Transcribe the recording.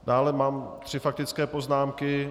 Dále mám tři faktické poznámky.